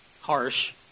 harsh